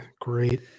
great